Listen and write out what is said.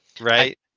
Right